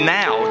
now